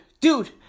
dude